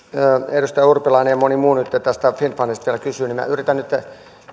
edustaja urpilainen ja moni muu tästä finnfundista vielä kysyvät niin minä yritän nytten